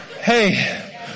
Hey